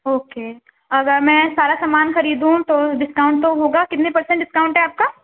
okay اگر میں سارا سامان خریدوں تو ڈسکاؤنٹ تو ہوگا کتنے پرسینٹ ڈسکاؤنٹ ہے آپ کا